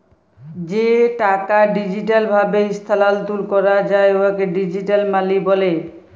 যে টাকা ডিজিটাল ভাবে ইস্থালাল্তর ক্যরা যায় উয়াকে ডিজিটাল মালি ব্যলে